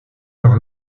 leur